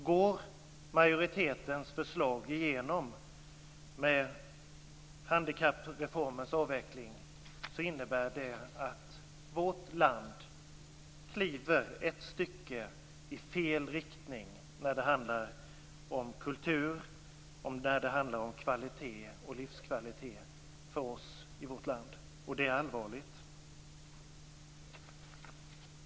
Om majoritetens förslag går igenom, med en avveckling av handikappreformen, innebär det att vårt land kliver ett stycke i fel riktning när det handlar om kultur och livskvalitet för oss i vårt land. Det är allvarligt.